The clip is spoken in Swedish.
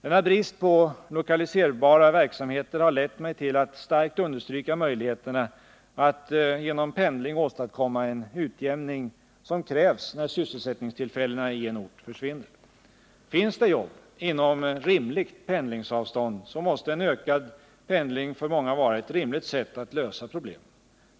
Denna brist på lokaliserbara verksamheter har lett mig till att starkt understryka möjligheterna att genom pendling åstadkomma den utjämning som krävs när sysselsättningstillfällena i en ort försvinner. Finns det jobb inom rimligt pendlingsavstånd, så måste en ökad pendling för många vara ett rimligt sätt att lösa problemen.